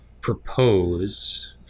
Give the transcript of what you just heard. propose